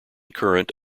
current